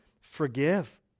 forgive